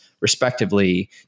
respectively